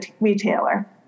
retailer